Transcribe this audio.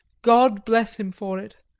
god bless him for it.